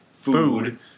food